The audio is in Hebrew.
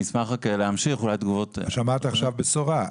שמעתי עכשיו בשורה.